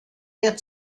der